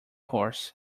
horse